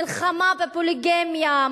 מלחמה בפוליגמיה,